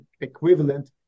equivalent